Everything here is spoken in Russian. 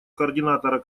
координатора